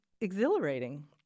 exhilarating